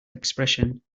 expression